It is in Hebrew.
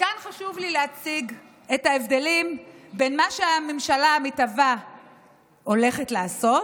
וכאן חשוב לי להציג את ההבדלים בין מה שהממשלה המתהווה הולכת לעשות,